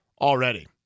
already